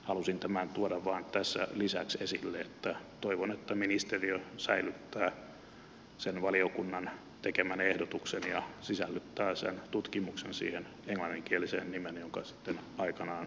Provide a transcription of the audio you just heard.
halusin tämän vain tuoda tässä lisäksi esille että toivon että ministeriö säilyttää sen valiokunnan tekemän ehdotuksen ja sisällyttää sen tutkimuksen siihen englanninkieliseen nimeen jonka sitten aikanaan hyväksyy